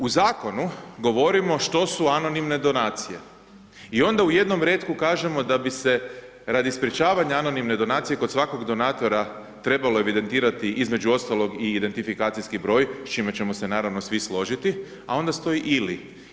U zakonu, govorimo što su anonimne donacije i onda u jednom retku kažemo da bi se radi sprječavanja anonimne donacije, kod svakog donatora trebalo evidentirati između ostalog i identifikacijski broj, s čime ćemo se naravno svi složiti a onda stoji ili.